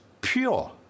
pure